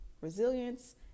resilience